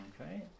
okay